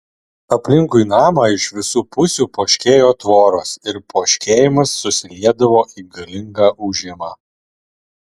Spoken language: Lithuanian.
aplinkui namą iš visų pusių poškėjo tvoros ir poškėjimas susiliedavo į galingą ūžimą